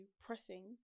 pressing